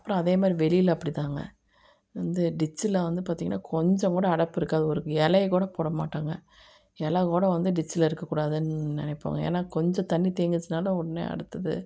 அப்புறம் அதே மாதிரி வெளியில் அப்படிதாங்க வந்து டிச்சில் வந்து பார்த்தீங்கன்னா கொஞ்சம் கூட அடைப்பு இருக்காது ஒரு இலைய கூட போட மாட்டாங்க எலை கூட வந்து டிச்சியில் இருக்க கூடாதுன்னு நினைப்போம் ஏனால் கொஞ்சம் தண்ணி தேங்குச்சுனாலும் உடனே அடுத்தது